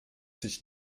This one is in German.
sich